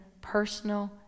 personal